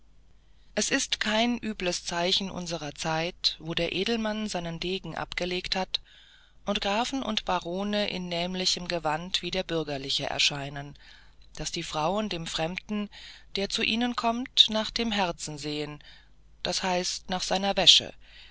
es ist kein übles zeichen unserer zeit wo der edelmann seinen degen abgelegt hat und grafen und barone im nämlichen gewand wie der bürgerliche erscheinen daß die frauen dem fremden der zu ihnen kommt nach dem herzen sehen das heißt nach seiner wäsche